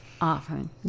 often